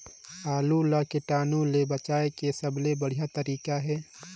आलू ला कीटाणु ले बचाय के सबले बढ़िया तारीक हे?